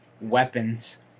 weapons